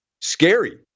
scary